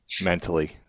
mentally